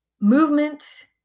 Movement